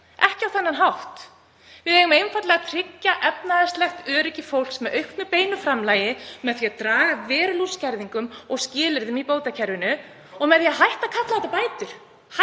ekki á þennan hátt. Við eigum einfaldlega að tryggja efnahagslegt öryggi fólks með auknu beinu framlagi, með því að draga verulega úr skerðingum og skilyrðum í bótakerfinu og með því að hætta að kalla þetta bætur.